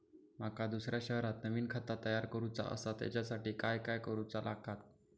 माका दुसऱ्या शहरात नवीन खाता तयार करूचा असा त्याच्यासाठी काय काय करू चा लागात?